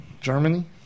Germany